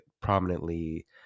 prominently